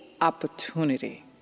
opportunity